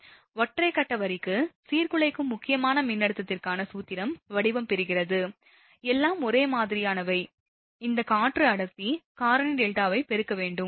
எனவே ஒற்றை கட்ட வரிக்கு சீர்குலைக்கும் முக்கியமான மின்னழுத்தத்திற்கான சூத்திரம் வடிவம் பெறுகிறது எல்லாம் ஒரே மாதிரியானவை இந்த காற்று அடர்த்தி காரணி டெல்டாவை பெருக்க வேண்டும்